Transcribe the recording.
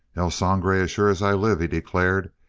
el sangre as sure as i live! he declared.